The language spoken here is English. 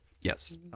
Yes